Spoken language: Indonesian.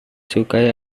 sukai